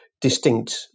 distinct